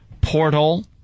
Portal